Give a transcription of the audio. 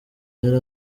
yari